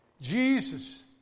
Jesus